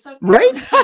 right